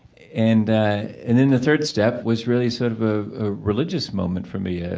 and and then the third step was really sort of a religious moment for me,